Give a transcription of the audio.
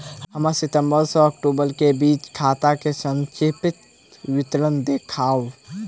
हमरा सितम्बर सँ अक्टूबर केँ बीचक खाता केँ संक्षिप्त विवरण देखाऊ?